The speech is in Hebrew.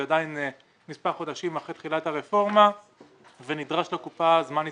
זה עדיין מספר חודשים אחרי תחילת הרפורמה ונדרש לקופה זמן הסתגלות.